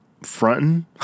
fronting